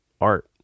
art